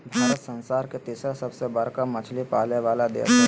भारत संसार के तिसरा सबसे बडका मछली पाले वाला देश हइ